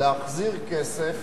להחזיר כסף